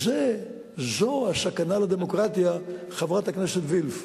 זו הסכנה לדמוקרטיה, חברת הכנסת וילף.